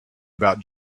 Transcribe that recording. about